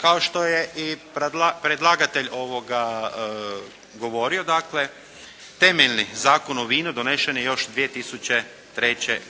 Kao što je i predlagatelj ovoga govorio dakle temeljni Zakon o vinu donesen je još 2003.